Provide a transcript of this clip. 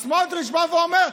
אז סמוטריץ' בא ואומר: